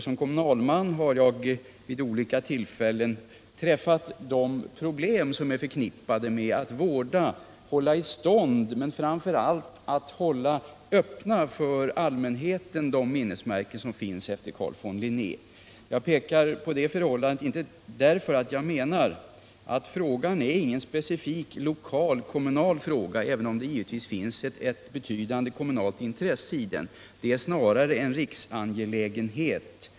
Som kommunalman har jag vid olika tillfällen arbetat med de problem som är förknippade med att vårda och hålla i stånd men framför allt att hålla öppna för allmänheten de minnesmärken som finns efter Carl von Linné. Jag anser emellertid att detta inte är en specifikt kommunal fråga, även om det givetvis finns ett betydande kommunalt intresse för den, utan snarare en riksangelägenhet.